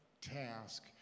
task